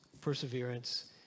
perseverance